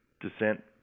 descent